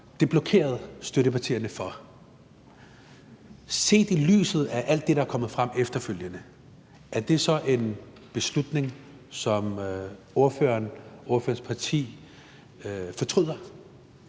Det blokerede støttepartierne for. Set i lyset af alt det, der er kommet frem efterfølgende, er det så en beslutning, som ordføreren og ordførerens parti fortryder?